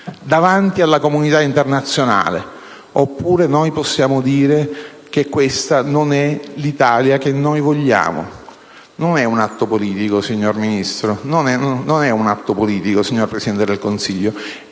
e alla comunità internazionale; oppure possiamo dire che questa non è l'Italia che noi vogliamo. Non è un atto politico, signor Ministro; non è un atto politico, signor Presidente del Consiglio: